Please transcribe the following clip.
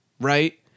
right